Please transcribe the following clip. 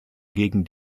gegen